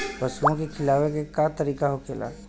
पशुओं के खिलावे के का तरीका होखेला?